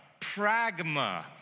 Pragma